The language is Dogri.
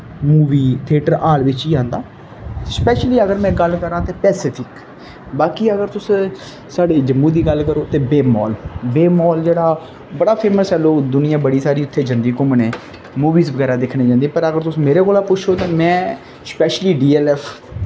मूवी थियेटर हाल बिच्च ई आंदा स्पैशली में अगर गल्ल करां तै पैसिफिक बाकी अगर तुस साढ़े जम्मू दी गल्ल करो ते वेव माल वेव मॉल जेह्ड़ा बड़ा फेमस ऐ लोक दुनियां बड़ी सारी उत्थें जंदी घूमने मूवीस बगैरा दिक्खने गी जंदे पर अगर तुस मेरे कोला पुच्छो तां में स्पैशली डी ऐल ऐफ